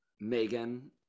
Megan